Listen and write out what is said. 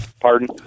Pardon